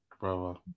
brother